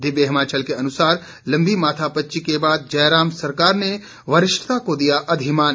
दिव्य हिमाचल के अनुसार लंबी माथापच्ची के बाद जयराम सरकार ने वरिष्ठता को दिया अधिमान